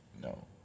No